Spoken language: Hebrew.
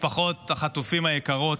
משפחות החטופים היקרות,